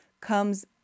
comes